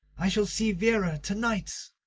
i shall see vera to-night.